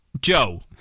Joe